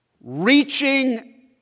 reaching